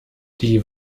die